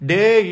Day